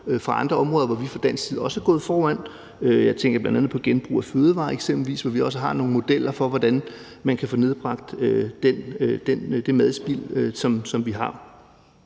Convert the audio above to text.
fra andre områder, hvor vi fra dansk side også er gået foran. Jeg tænker bl.a. på genbrug af fødevarer, hvor vi også har nogle modeller for, hvordan man kan få nedbragt det madspild, som vi har.